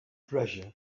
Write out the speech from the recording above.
treasure